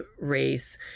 race